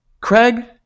Craig